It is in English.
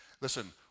listen